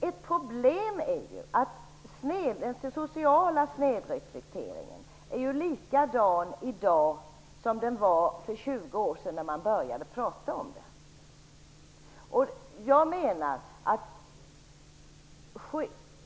Ett problem är att den sociala snedrekryteringen är likadan i dag som den var för tjugo år sedan när man började prata om den.